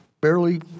Barely